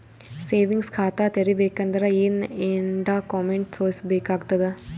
Savings ಖಾತಾ ತೇರಿಬೇಕಂದರ ಏನ್ ಏನ್ಡಾ ಕೊಮೆಂಟ ತೋರಿಸ ಬೇಕಾತದ?